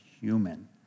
human